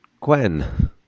Gwen